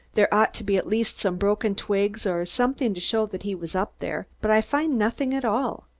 there ought to be at least some broken twigs or something to show that he was up there, but i find nothing at all.